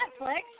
Netflix